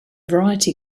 variety